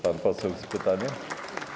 Pan poseł z pytaniem?